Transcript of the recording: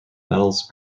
medals